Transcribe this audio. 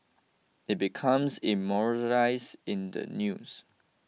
it becomes immortalised in the news